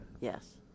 Yes